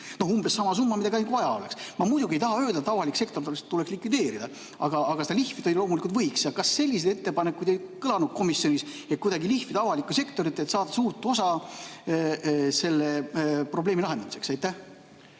noh umbes sama summa, mida vaja oleks. Ma muidugi ei taha öelda, et avalik sektor tuleks likvideerida, aga seda lihvida ju loomulikult võiks. Kas selliseid ettepanekuid ei kõlanud komisjonis, et kuidagi lihvida avalikku sektorit, et saada suurt osa selle probleemi lahendamiseks? Aitäh!